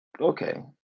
Okay